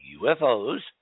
UFOs